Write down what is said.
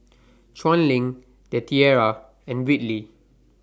Chuan LINK The Tiara and Whitley